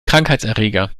krankheitserreger